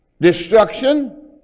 destruction